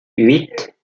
huit